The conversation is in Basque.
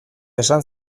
esan